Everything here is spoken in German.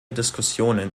diskussionen